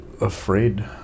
afraid